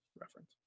reference